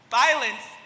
violence